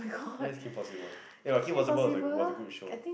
that is Kim Possible ya Kim-Possible is a was a good show